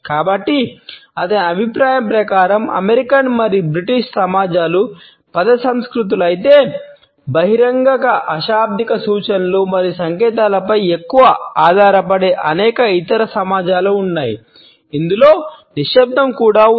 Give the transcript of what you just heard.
కాబట్టి అతని అభిప్రాయం ప్రకారం అమెరికన్ మరియు బ్రిటిష్ సమాజాలు పద సంస్కృతులు అయితే బహిరంగ అశాబ్దిక సూచనలు మరియు సంకేతాలపై ఎక్కువ ఆధారపడే అనేక ఇతర సమాజాలు ఉన్నాయి ఇందులో నిశ్శబ్దం కూడా ఉంది